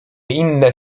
inne